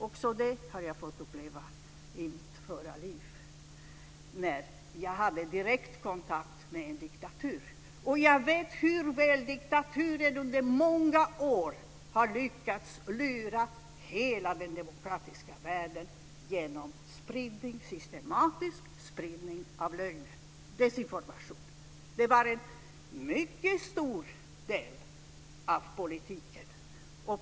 Också det upplevde jag i mitt förra liv när jag hade direktkontakt med en diktatur. Jag vet hur väl diktaturen under många år lyckades lura hela den demokratiska världen genom systematisk spridning av lögner, desinformation. Det var en mycket stor del av politiken.